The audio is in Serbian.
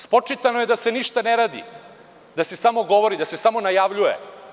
Spočitano je i da se ništa ne radi, da se samo govori, da se samo najavljuje.